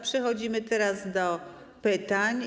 Przechodzimy teraz do pytań.